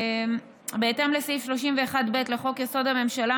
בהתאם לסעיף 31(ב) לחוק-יסוד: הממשלה,